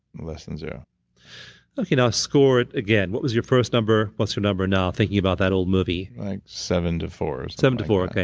less than zero okay. now, score it again. what was your first number? what's your number now thinking about that old movie? like seven to four seven to four,